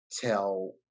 tell